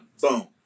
Boom